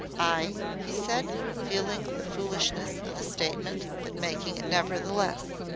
i he said, feeling the foolishness of the statement, but making it, nevertheless,